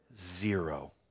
Zero